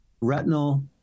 retinal